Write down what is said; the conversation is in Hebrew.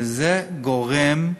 וזה גורם,